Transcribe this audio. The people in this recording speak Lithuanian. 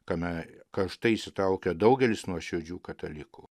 tenai karštai įsitraukia daugelis nuoširdžių katalikų